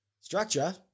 Structure